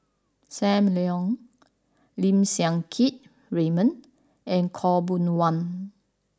Sam Leong Lim Siang Keat Raymond and Khaw Boon Wan